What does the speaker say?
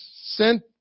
sent